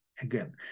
Again